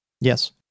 Yes